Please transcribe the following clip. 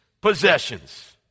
possessions